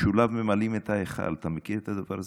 ושוליו ממלאים את ההיכל, אתה מכיר את הדבר הזה?